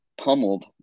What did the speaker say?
pummeled